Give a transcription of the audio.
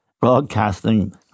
broadcasting